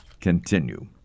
continue